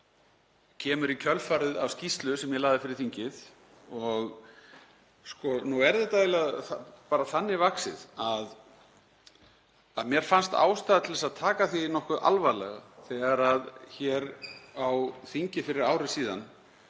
sem kemur í kjölfarið á skýrslu sem ég lagði fyrir þingið. Nú er þetta þannig vaxið að mér fannst ástæða til þess að taka því nokkuð alvarlega þegar hér á þingi fyrir ári síðan